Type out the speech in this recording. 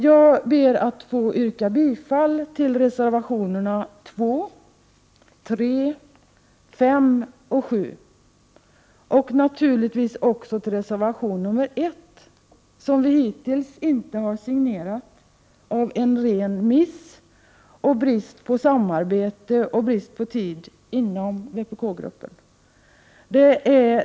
Jag ber att få yrka bifall till reservationerna 2, 3, 5 och 7. Naturligtvis yrkar jag också bifall till reservation 1, som vi inte har signerat. Detta berodde på en ren miss. Det var brist på samarbete och brist på tid inom vpk-gruppen som ledde till denna miss.